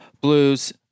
Blues